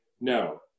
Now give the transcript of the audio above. no